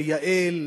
לייעל,